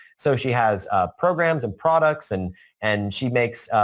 so, she has ah programs and products and and she makes